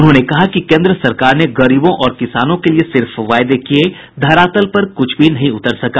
उन्होंने कहा कि केन्द्र सरकार ने गरीबों और किसानों के लिये सिर्फ वायदे किये धरातल पर क्छ भी नहीं उतर सका